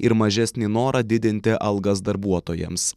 ir mažesnį norą didinti algas darbuotojams